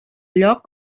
lloc